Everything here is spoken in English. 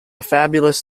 fabulous